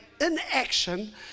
inaction